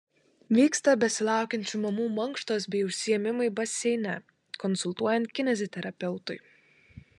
vyksta besilaukiančių mamų mankštos bei užsiėmimai baseine konsultuojant kineziterapeutui